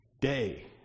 day